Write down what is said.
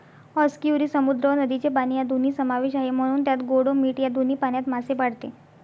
आस्कियुरी समुद्र व नदीचे पाणी या दोन्ही समावेश आहे, म्हणून त्यात गोड व मीठ या दोन्ही पाण्यात मासे पाळते